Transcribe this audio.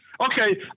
Okay